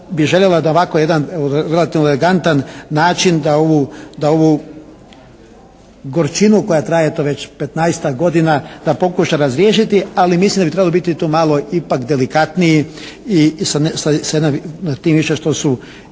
bi željela da ovako jedan relativno elegantan način da ovu, da ovu gorčinu koja traje eto već 15-tak godina da pokuša razriješiti. Ali mislim da bi trebalo biti tu malo ipak delikatniji i sa jedne, tim više što su,